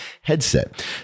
headset